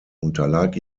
unterlag